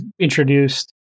introduced